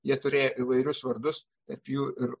jie turėjo įvairius vardus tarp jų ir